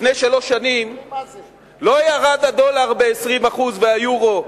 לפני שלוש שנים, לא ירד הדולר ב-20%, והיורו,